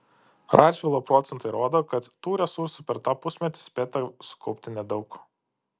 radžvilo procentai rodo kad tų resursų per tą pusmetį spėta sukaupti nedaug